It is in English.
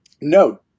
No